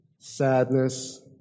Sadness